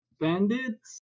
bandits